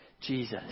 Jesus